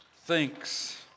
Thinks